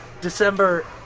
December